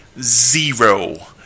Zero